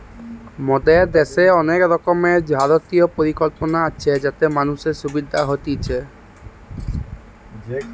মোদের দ্যাশের অনেক রকমের ভারতীয় পরিকল্পনা আছে যাতে মানুষের সুবিধা হতিছে